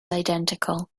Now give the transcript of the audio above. identical